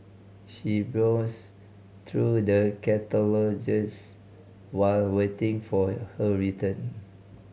she browsed through the catalogues while waiting for her turn